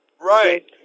Right